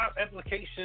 application